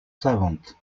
savante